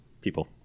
people